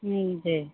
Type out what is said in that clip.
जी